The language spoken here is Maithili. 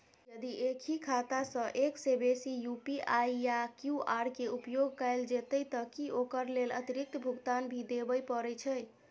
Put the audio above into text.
यदि एक ही खाता सं एक से बेसी यु.पी.आई या क्यू.आर के उपयोग कैल जेतै त की ओकर लेल अतिरिक्त भुगतान भी देबै परै छै?